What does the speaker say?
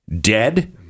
dead